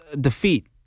defeat